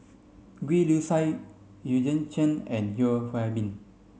Gwee Li Sui Eugene Chen and Yeo Hwee Bin